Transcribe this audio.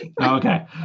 Okay